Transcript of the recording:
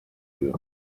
you